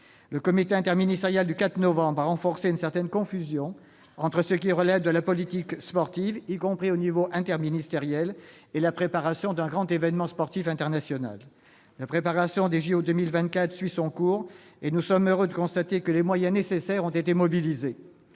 Le comité interministériel du 4 novembre a renforcé une certaine confusion entre ce qui relève de la politique sportive, y compris au niveau interministériel, et la préparation d'un grand événement sportif international. La préparation des JO de 2024 suit son cours, et nous sommes heureux de constater que les moyens nécessaires ont été mobilisés.